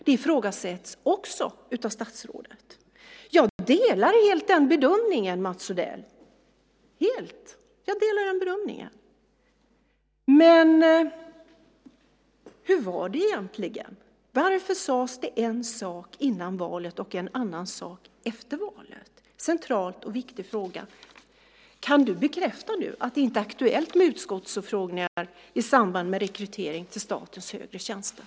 Det ifrågasätts också av statsrådet. Jag delar helt den bedömningen, Mats Odell. Men hur var det egentligen? Varför sades en sak före valet och en annan sak efter valet? Det är en central och viktig fråga. Kan du nu bekräfta att det inte är aktuellt med utskottsutfrågningar i samband med rekrytering till statens högre tjänster?